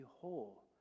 whole